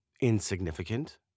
insignificant